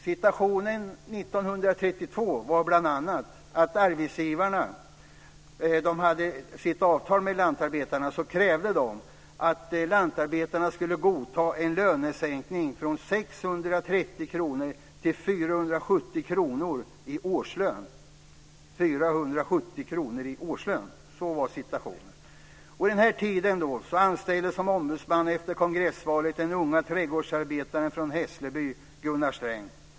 År 1932 var situationen bl.a. den att arbetsgivarna i sitt avtal med lantarbetarna krävde att lantarbetarna skulle godta en lönesänkning från 630 kr till 470 kr i årslön. Så var situationen. På den här tiden anställdes som ombudsman efter kongressvalet den unge trädgårdsarbetaren från Hässelby Gunnar Sträng.